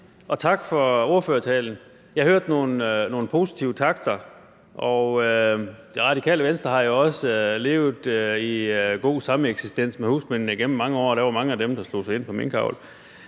og tak for ordførertalen. Jeg hørte nogle positive takter, og Det Radikale Venstre har jo også levet i god sameksistens med husmændene gennem mange år, og der var mange af dem, der slog sig ind på minkavl,